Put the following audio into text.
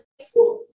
school